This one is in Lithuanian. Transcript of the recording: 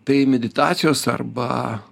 tai meditacijos arba